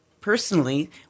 personally